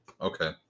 Okay